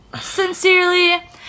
Sincerely